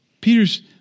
Peter's